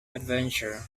adventure